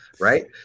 Right